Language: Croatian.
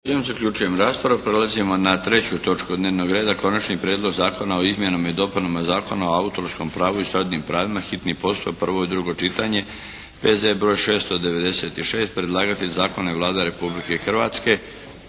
Darko (HDZ)** Prelazimo na 3. točku dnevnog reda –- Konačni prijedlog Zakona o izmjenama i dopunama Zakona o autorskom pravu i srodnim pravima, hitni postupak, prvo i drugo čitanje P.Z.E. br. 696 Predlagatelj Zakona je Vlada Republike Hrvatske.